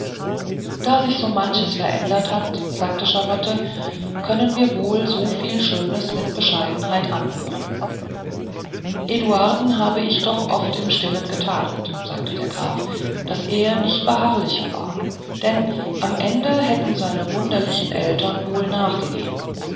da sich so manches verändert hat sagte charlotte können wir wohl soviel schönes mit bescheidenheit anhören eduarden habe ich doch oft im stillen getadelt sagte der graf daß er nicht beharrlicher war denn am ende hätten seine wunderlichen eltern wohl nachgegeben